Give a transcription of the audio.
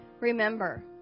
remember